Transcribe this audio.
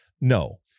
No